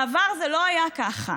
בעבר זה לא היה ככה.